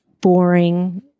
boring